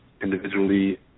individually